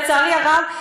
לצערי הרב,